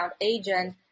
agent